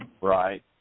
right